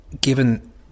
given